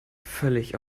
völlig